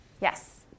Yes